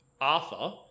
Arthur